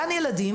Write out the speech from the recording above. גן ילדים,